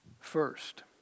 First